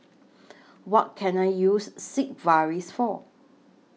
What Can I use Sigvaris For